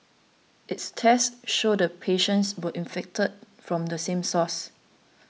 its tests showed the patients were infected from the same source